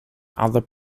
other